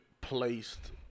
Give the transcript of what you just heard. placed